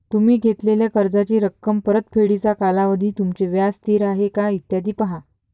तुम्ही घेतलेल्या कर्जाची रक्कम, परतफेडीचा कालावधी, तुमचे व्याज स्थिर आहे का, इत्यादी पहा